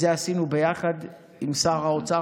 את זה עשינו ביחד עם שר האוצר,